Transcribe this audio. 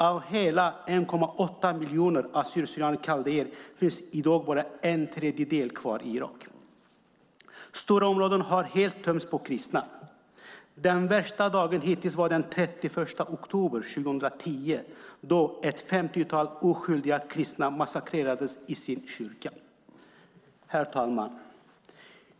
Av hela 1,8 miljoner assyrier kaldéer finns i dag bara en tredjedel kvar i Irak. Stora områden har helt tömts på kristna. Den värsta dagen hittills var den 31 oktober 2010 då ett femtiotal oskyldiga kristna massakrerades i sin kyrka. Herr talman!